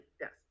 Yes